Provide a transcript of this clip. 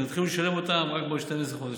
שהם יתחילו לשלם אותם רק בעוד 12 חודשים.